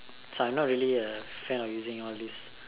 so I'm not really a fan of using all this